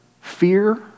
fear